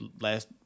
last